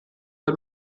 der